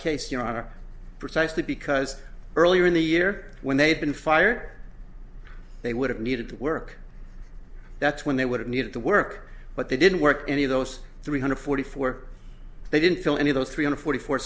case your honor precisely because earlier in the year when they'd been fired they would have needed to work that's when they would have needed to work but they didn't work any of those three hundred forty four they didn't fill any of those three hundred forty four